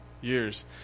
years